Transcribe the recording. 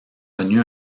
connut